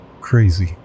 crazy